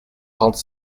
trente